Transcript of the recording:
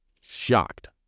shocked